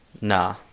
nah